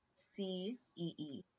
C-E-E